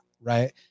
right